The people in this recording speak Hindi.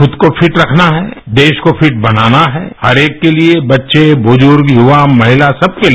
खूद को फिट रखना है देश को फिट बनाना है हर एक के लिए बच्चे बूजूर्ग युवा महिला सबके लिए